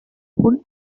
und